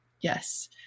Yes